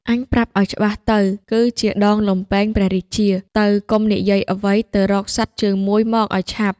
អញប្រាប់ឲ្យច្បាស់ទៅ គឺជាដងលំពែងព្រះរាជា ទៅកុំនិយាយអ្វី ទៅរកសត្វជើងមួយមកឲ្យឆាប់"។